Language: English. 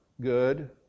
good